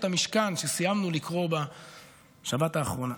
המשכן שסיימנו לקרוא בשבת האחרונה.